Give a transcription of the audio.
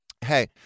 hey